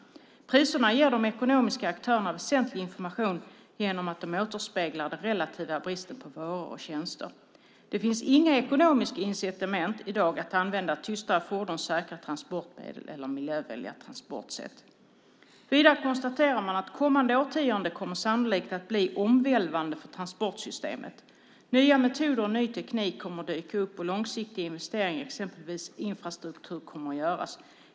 Priserna ger de ekonomiska aktörerna väsentlig information genom att de återspeglar den relativa bristen på varor och tjänster. Det finns inga ekonomiska incitament i dag att använda tystare fordon, säkrare transporter eller miljövänligare transportsätt. Vidare konstaterar man att kommande årtionde kommer sannolikt att bli omvälvande för transportsystemet. Nya metoder och ny teknik kommer att dyka upp, och långsiktiga investeringar, exempelvis i infrastruktur, kommer att göras.